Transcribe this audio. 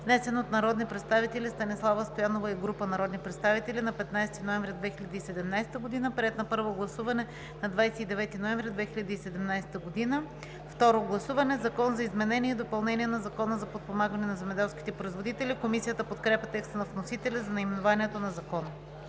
внесен от народния представител Станислава Стоянова и група народни представители на 15 ноември 2017 г., приет на първо гласуване на 29 ноември 2017 г. – второ гласуване. „Закон за изменение и допълнение на Закона за подпомагане на земеделските производители“. Комисията подкрепя текста на вносителя за наименованието на Закона.